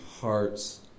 hearts